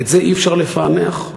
את זה אי-אפשר לפענח?